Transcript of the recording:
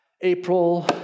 April